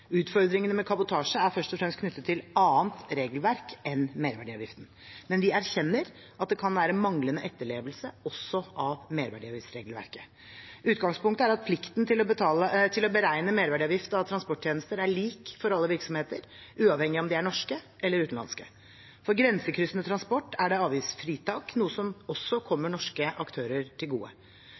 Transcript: utfordringene med kabotasje er først og fremst knyttet til annet regelverk enn merverdiavgiften, men vi erkjenner at det kan være manglende etterlevelse også av merverdiavgiftsregelverket. Utgangspunktet er at plikten til å beregne merverdiavgift av transporttjenester er lik for alle virksomheter, uavhengig av om de er norske eller utenlandske. For grensekryssende transport er det avgiftsfritak, noe som også kommer norske aktører til gode.